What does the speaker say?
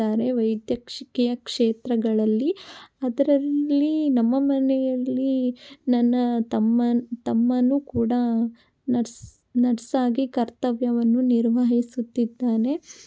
ವೈದ್ಯಕ್ಷೀಯ ಕ್ಷೇತ್ರಗಳಲ್ಲಿ ಅದರಲ್ಲಿ ನಮ್ಮ ಮನೆಯಲ್ಲಿ ನನ್ನ ತಮ್ಮ ತಮ್ಮನೂ ಕೂಡ ನರ್ಸ್ ನರ್ಸಾಗಿ ಕರ್ತವ್ಯವನ್ನು ನಿರ್ವಹಿಸುತ್ತಿದ್ದಾನೆ